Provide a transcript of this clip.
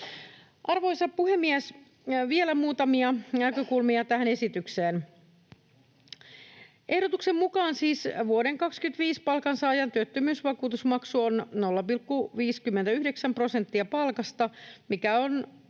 Arvoisa puhemies! Vielä muutamia näkökulmia tähän esitykseen. Ehdotuksen mukaan siis vuoden 25 palkansaajan työttömyysvakuutusmaksu on 0,59 prosenttia palkasta, mikä on